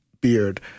beard